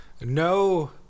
no